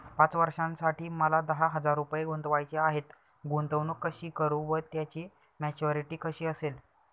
पाच वर्षांसाठी मला दहा हजार रुपये गुंतवायचे आहेत, गुंतवणूक कशी करु व त्याची मॅच्युरिटी कशी असेल?